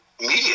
Media